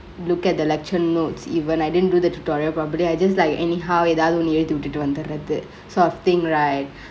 look at the lecture notes even I didn't do the tutorial properly I just like anyhow எதாவது ஒன்னு எழுதிவிட்டுடு வந்தரது:yethaavathu onnu ezhutivittutu vandtharathu sort of thingk right